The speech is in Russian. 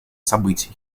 событий